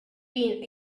been